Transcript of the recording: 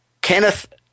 Kenneth